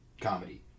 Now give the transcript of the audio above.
comedy